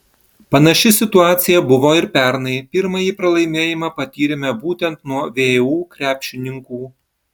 panaši situacija buvo ir pernai pirmąjį pralaimėjimą patyrėme būtent nuo vu krepšininkų